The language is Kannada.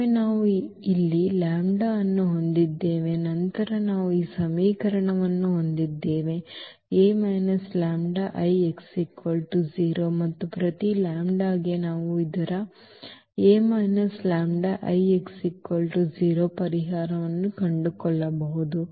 ಒಮ್ಮೆ ನಾವು ಇಲ್ಲಿ λ ಅನ್ನು ಹೊಂದಿದ್ದೇವೆ ನಂತರ ನಾವು ಈ ಸಮೀಕರಣವನ್ನು ಹೊಂದಿದ್ದೇವೆ A λI x 0 ಮತ್ತು ಪ್ರತಿ ಲ್ಯಾಂಬ್ಡಾಕ್ಕೆ ನಾವು ಇದರ A λI x 0 ಪರಿಹಾರವನ್ನು ಕಂಡುಕೊಳ್ಳಬಹುದು